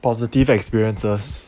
positive experiences